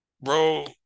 bro